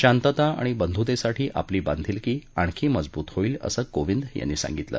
शांतता आणि बंधुतेसाठी आपली बांधिलकी आणखी मजबूत होईल असं कोविंद यांनी सांगितलं